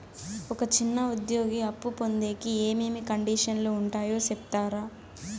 ఒక చిన్న ఉద్యోగి అప్పు పొందేకి ఏమేమి కండిషన్లు ఉంటాయో సెప్తారా?